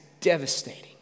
devastating